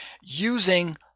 using